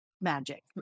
magic